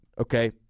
Okay